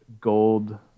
gold